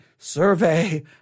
Survey